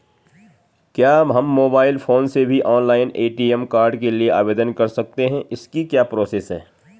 क्या हम mobile phone से भी ऑनलाइन ए.टी.एम कार्ड के लिए आवेदन कर सकते हैं इसकी क्या प्रोसेस है?